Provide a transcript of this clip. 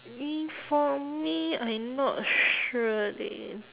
me for me I not sure leh